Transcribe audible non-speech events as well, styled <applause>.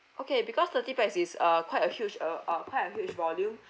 okay because thirty pax is uh quite a huge uh uh quite a huge volume <breath>